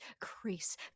crease